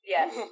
Yes